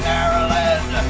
Maryland